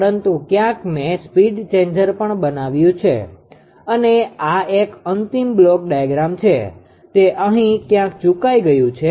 પરંતુ ક્યાંક મેં સ્પીડ ચેન્જર પણ બનાવ્યું છે અને આ એક અંતિમ બ્લોક ડાયાગ્રામ છે તે અહીં ક્યાંક ચૂકાઈ ગયુ છે